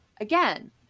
again